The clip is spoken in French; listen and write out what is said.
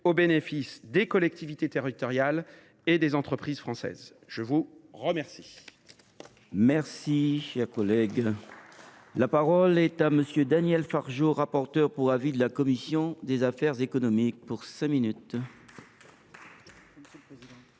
au bénéfice des collectivités territoriales et des entreprises françaises. La parole